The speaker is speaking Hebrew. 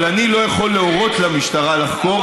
אבל אני לא יכול להורות למשטרה לחקור,